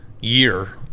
year